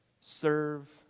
serve